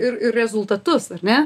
ir ir rezultatus ar ne